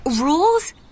Rules